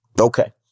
Okay